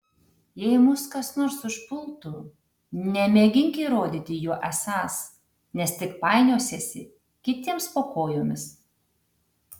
jei mus kas nors užpultų nemėgink įrodyti juo esąs nes tik painiosiesi kitiems po kojomis